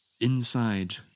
inside